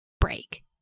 break